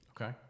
Okay